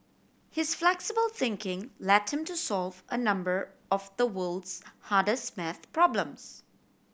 his flexible thinking led him to solve a number of the world's hardest maths problems